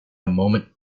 moment